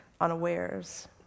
unawares